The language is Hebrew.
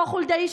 אותו חולדאי,